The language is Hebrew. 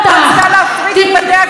אבל הכנסת רצתה להפריט את בתי הכלא.